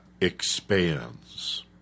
expands